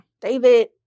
David